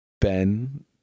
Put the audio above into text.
Ben